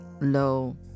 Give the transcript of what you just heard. low